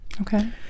Okay